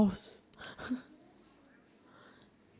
I mean you just don't I mean don't pee in it